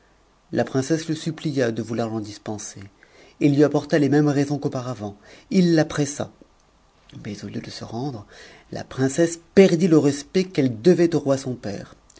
la princesse le supplia de vouloir l'en dispenser et lui apporta les mêmes raisons qu'auparavant ii la pressa mais au lieu de se rendre la princesse perdit le respect qu'elle devait au roi son père